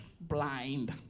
blind